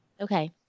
Okay